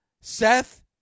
Seth